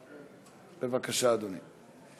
בבקשה, אדוני.